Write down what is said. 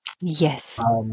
Yes